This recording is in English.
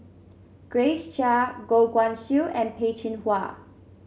Grace Chia Goh Guan Siew and Peh Chin Hua